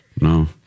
No